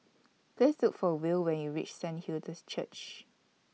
Please Look For Will when YOU REACH Saint Hilda's Church